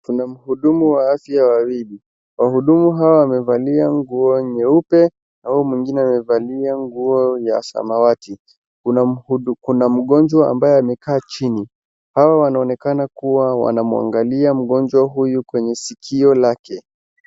Kuna mhudumu wa afya wawili, wahudumu hawa wamevalia nguo nyeupe au mwingine amevalia nguo ya samawati, kuna mhudu, kuna mgonjwa ambaye amekaa chini, hawa wanaonekana kuwa wanamwangalia mgonjwa huyu kwenye sikio lake.